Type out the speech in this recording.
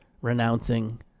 Renouncing